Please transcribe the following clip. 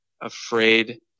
afraid